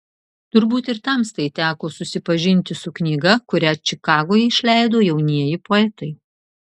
turbūt ir tamstai teko susipažinti su knyga kurią čikagoje išleido jaunieji poetai